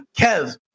Kev